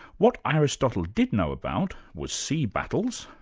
what aristotle did know about was sea battles,